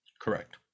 Correct